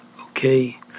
Okay